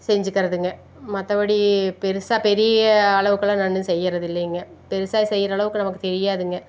செஞ்சிக்கிறதுங்க மற்றபடி பெருசாக பெரிய அளவுக்கெல்லாம் நான் செய்கிறதில்லைங்க பெருசாக செய்கிற அளவுக்கு நமக்கு தெரியாதுங்க